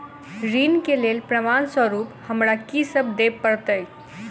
ऋण केँ लेल प्रमाण स्वरूप हमरा की सब देब पड़तय?